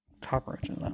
cockroaches